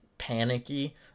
panicky